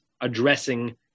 addressing